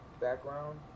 background